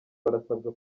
barasabwa